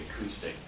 acoustic